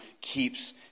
keeps